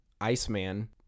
Iceman